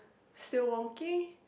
still wonky